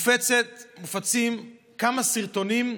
מופצים כמה סרטונים,